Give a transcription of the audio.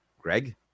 greg